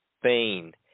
Spain